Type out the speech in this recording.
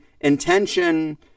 intention